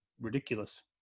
ridiculous